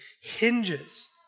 hinges